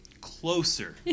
Closer